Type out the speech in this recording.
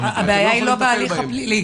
אתם לא יכולים לטפל בהם.